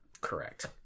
Correct